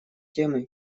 темы